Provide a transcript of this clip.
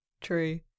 true